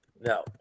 No